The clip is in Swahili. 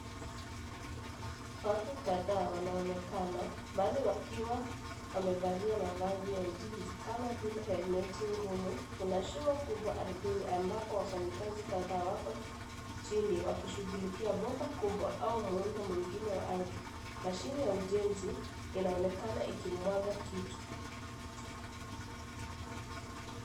Watu kadhaa wanaonekana baadhi wakiwa wamevalia mavazi ya ujenzi kama vile helmeti ngumu. Kuna shimo kubwa ardhini ambapo wanafanyikazi kadhaa wako chini wakishughulikia bomba kubwa au muundo mwingine wa ardhi. Mashine ya ujenzi inaonekana ikimwaga kitu.